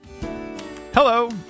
Hello